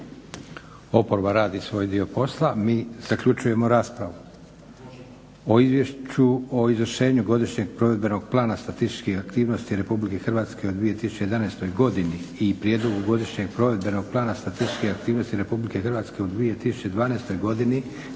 Oporba radi svoj dio posla. Mi zaključujemo raspravu o Izvješću o izvršenju Godišnjeg provedbenog plana statističkih aktivnosti RH u 2011. godini i prijedlogu Godišnjeg provedbenog plana statističke aktivnosti RH u 2012. godini.